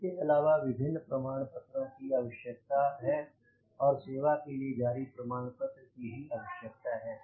इसके अलावा विभिन्न प्रमाण पत्रों की आवश्यकता है और सेवा के लिए जारी प्रमाण पत्र की भी आवश्यकता है